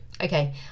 Okay